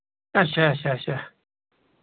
اَچھا اَچھا اَچھا